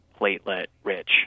platelet-rich